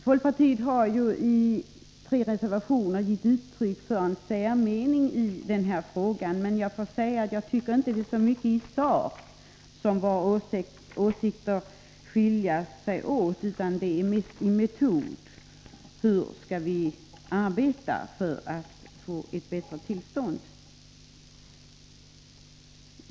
Folkpartiet har i tre reservationer givit uttryck för en särmening i den här frågan, men jag tycker inte att våra åsikter skiljer sig så mycket åt i sak, utan det är mest i fråga om metoderna för hur man skall arbeta för att få till stånd en förbättring.